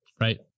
Right